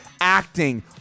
acting